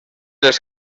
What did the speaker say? les